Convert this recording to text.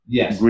Yes